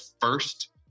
first